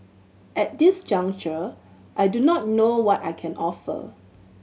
at this juncture I do not know what I can offer